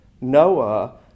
Noah